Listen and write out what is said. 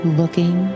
looking